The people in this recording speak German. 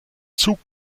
zug